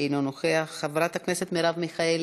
אינו נוכח, חברת הכנסת מרב מיכאלי,